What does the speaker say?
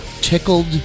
tickled